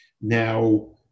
Now